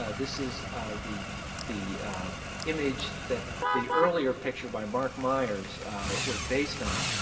ah this is the the image that the earlier picture by mark myers was based on.